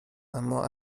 اما